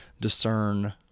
discern